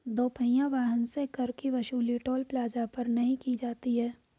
दो पहिया वाहन से कर की वसूली टोल प्लाजा पर नही की जाती है